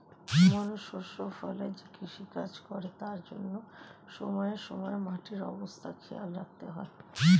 মানুষ শস্য ফলায় যে কৃষিকাজ করে তার জন্যে সময়ে সময়ে মাটির অবস্থা খেয়াল রাখতে হয়